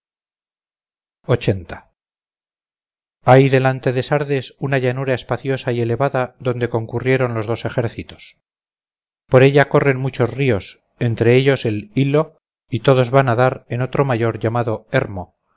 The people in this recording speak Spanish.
singular hay delante de sardes una llanura espaciosa y elevada donde concurrieron los dos ejércitos por ella corren muchos ríos entre ellos el hyllo y todos van a dar en otro mayor llamado hermo